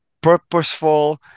purposeful